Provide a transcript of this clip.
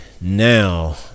Now